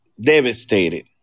devastated